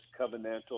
covenantal